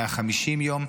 150 יום,